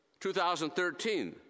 2013